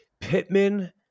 Pittman